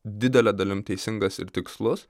didele dalim teisingas ir tikslus